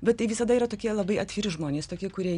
bet tai visada yra tokie labai atviri žmonės tokie kurie